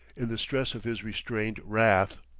in the stress of his restrained wrath.